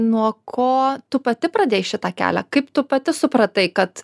nuo ko tu pati pradėjai šitą kelią kaip tu pati supratai kad